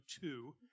two